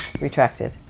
retracted